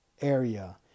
area